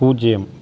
பூஜ்யம்